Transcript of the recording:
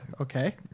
Okay